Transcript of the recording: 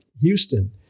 Houston